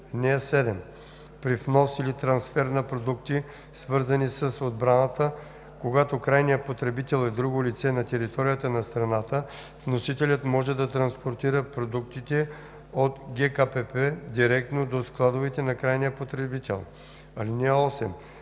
и 9: „(7) При внос или трансфер на продукти, свързани с отбраната, когато крайният потребител е друго лице на територията на страната, вносителят може да транспортира продуктите от ГКПП директно до складовете на крайния потребител. (8)